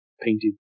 painted